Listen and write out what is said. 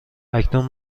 اکنون